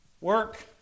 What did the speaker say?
work